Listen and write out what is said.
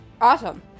Awesome